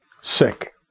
sick